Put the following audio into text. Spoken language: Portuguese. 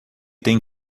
tem